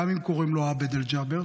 גם אם קוראים לו עבד אל-ג'אבר.